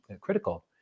critical